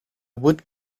wood